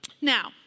Now